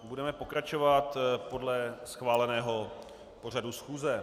Budeme pokračovat podle schváleného pořadu schůze.